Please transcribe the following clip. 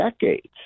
decades